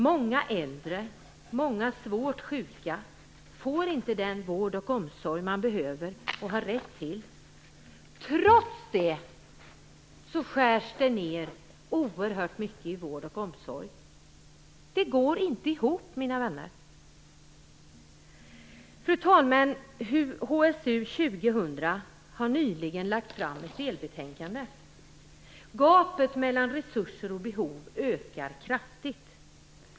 Många äldre, många svårt sjuka, får inte den vård och omsorg man behöver och har rätt till. Trots det skärs det ner oerhört mycket i vård och omsorg. Det går inte ihop. Fru talman! HSU 2000 har nyligen lagt fram ett delbetänkande. Gapet mellan resurser och behov ökar kraftigt.